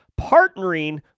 partnering